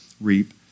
reap